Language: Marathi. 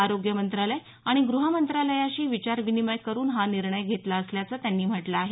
आरोग्य मंत्रालय आणि गृह मंत्रालयाशी विचार विनीमय करून हा निर्णय घेतला असल्याचं त्यांनी म्हटलं आहे